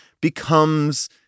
becomes